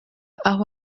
aho